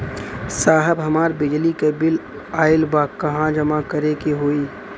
साहब हमार बिजली क बिल ऑयल बा कहाँ जमा करेके होइ?